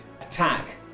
attack